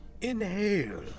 Inhale